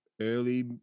early